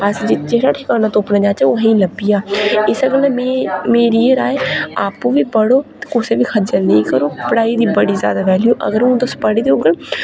जेह्ड़ा ठिकाना तुप्पने जाह्चै ओह् अहेंगी लब्भी जा इस्सै गल्लै मेरी एह् राय आपूं बी पढ़ो ते कुसा गी बी खज्जल नी करो पढ़ाई दी बड़ी ज्यादा वैल्यू अगर हून तुस पढ़े दे होङन